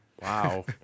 Wow